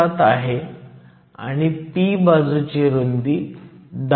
7 आहे आणि p बाजूची रुंदी 10